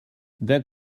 d’un